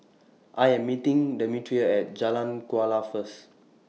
I Am meeting Demetria At Jalan Kuala First